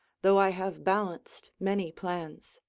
though i have balanced many plans.